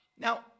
Now